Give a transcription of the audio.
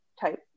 type